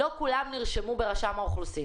לא כולם נרשמו ברשם האוכלוסין.